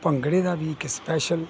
ਭੰਗੜੇ ਦਾ ਵੀ ਇੱਕ ਸਪੈਸ਼ਲ